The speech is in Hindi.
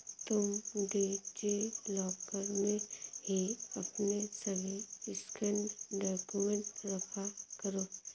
तुम डी.जी लॉकर में ही अपने सभी स्कैंड डाक्यूमेंट रखा करो